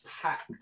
packed